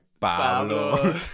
Pablo